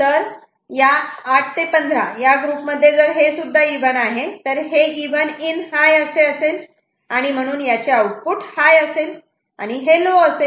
तर 8 ते 15 या ग्रुप मध्ये जर हेसुद्धा इव्हन आहे तर हे इव्हन इन हाय असे आणि म्हणून याचे आउटपुट हाय असेल आणि हे लो असे